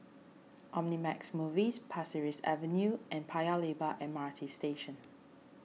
Omnimax Movies Pasir Ris Avenue and Paya Lebar M R T Station